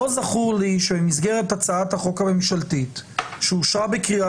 לא זכור לי שבמסגרת הצעה החוק הממשלתית שאושרה בקריאה